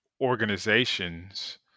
organizations